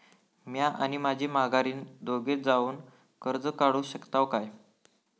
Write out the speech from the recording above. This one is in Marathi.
म्या आणि माझी माघारीन दोघे जावून कर्ज काढू शकताव काय?